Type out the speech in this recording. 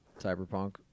cyberpunk